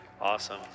awesome